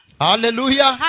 Hallelujah